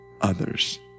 others